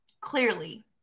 clearly